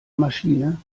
maschine